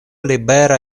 libera